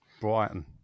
Brighton